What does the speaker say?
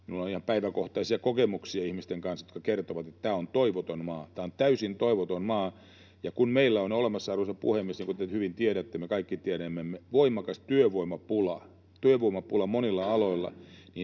Minulla on ihan päiväkohtaisia kokemuksia siitä, kun ihmiset kertovat, että tämä on toivoton maa, tämä on täysin toivoton maa. Ja kun meillä on olemassa, arvoisa puhemies — kuten hyvin tiedätte, me kaikki tiedämme — voimakas työvoimapula, työvoimapula